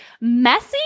messy